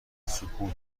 سکوتو